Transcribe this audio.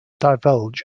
divulge